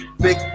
Big